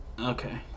okay